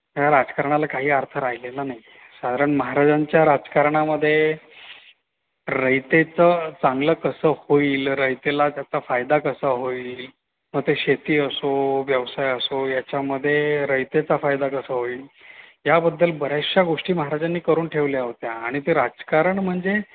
या राजकारणाला काही अर्थ राहिलेला नाही कारण महाराजांच्या राजकारणामध्ये रयतेचं चांगलं कसं होईल रयतेला त्याचा फायदा कसा होईल मग ते शेती असो व्यवसाय असो याच्यामध्ये रयतेचा फायदा कसा होईल याबद्दल बऱ्याचशा गोष्टी महाराजांनी करून ठेवल्या होत्या आणि ते राजकारण म्हणजे